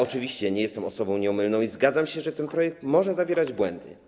Oczywiście nie jestem osobą nieomylną i zgadzam się, że ten projekt może zawierać błędy.